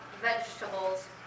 vegetables